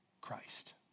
Christ